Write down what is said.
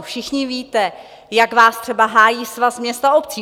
Všichni víte, jak vás třeba hájí Svaz měst a obcí.